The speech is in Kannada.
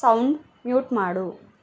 ಸೌಂಡ್ ಮ್ಯೂಟ್ ಮಾಡು